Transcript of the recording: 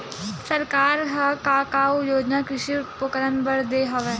सरकार ह का का योजना कृषि उपकरण बर दे हवय?